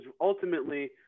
ultimately